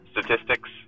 Statistics